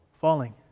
Falling